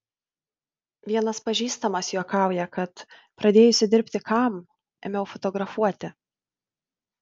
vienas pažįstamas juokauja kad pradėjusi dirbti kam ėmiau fotografuoti